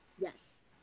Yes